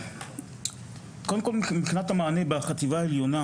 קודם כל מבחינת המענה בחטיבה העליונה,